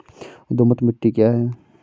दोमट मिट्टी क्या है?